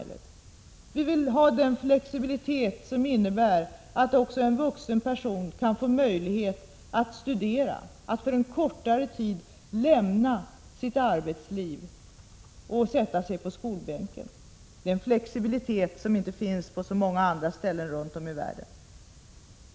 Vi vill vidare ha den flexibilitet som innebär att också en vuxen person kan få möjlighet att studera — att för en kortare tid lämna sitt arbete och sätta sig på skolbänken. Det är en flexibilitet som inte finns på så många ställen i världen.